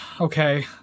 Okay